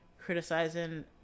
criticizing